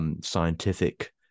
scientific